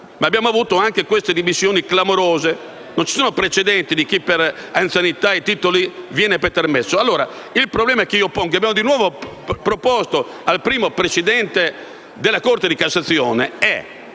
Abbiamo avuto dunque queste dimissioni clamorose. Non ci sono precedenti di chi, per anzianità e titoli, viene pretermesso. Il problema che pongo e che abbiamo di nuovo proposto al primo presidente della Corte di cassazione è